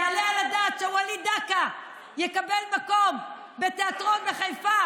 יעלה על הדעת שווליד דקה יקבל מקום בתיאטרון בחיפה,